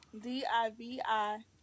D-I-V-I